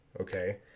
okay